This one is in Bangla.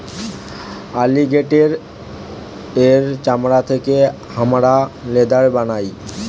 অলিগেটের এর চামড়া থেকে হামরা লেদার বানাই